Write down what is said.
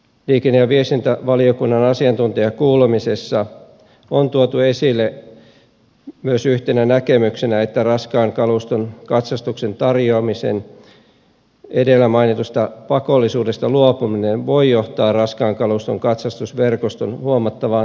liikenne ja viestintävaliokunnan asiantuntijakuulemisessa on tuotu esille yhtenä näkemyksenä myös että raskaan kaluston katsastuksen tarjoamisen edellä mainitusta pakollisuudesta luopuminen voi johtaa raskaan kaluston katsastusverkoston huomattavaan harvenemiseen